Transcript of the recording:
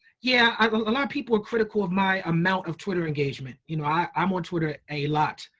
yeah, i mean a lot of people are critical of my amount of twitter engagement. you know, i'm on twitter a lot.